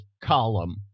column